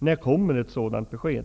När kommer ett sådant besked?